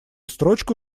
строчку